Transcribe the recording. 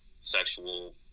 sexual